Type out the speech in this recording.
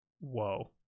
Whoa